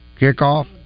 Kickoff